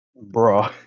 Bro